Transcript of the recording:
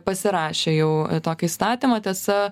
pasirašė jau tokį įstatymą tiesa